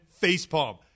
facepalm